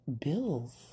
bills